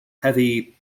heavy